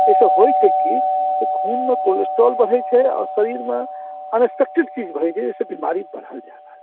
एहिसँ होइत छै की खूनमे कोलेस्ट्रॉल बढ़ैत छै आओर शरीरमे अनएक्सपेक्टेड चीज भऽ जाइत छै जाहिसँ बीमारी बढ़ल जा रहल छै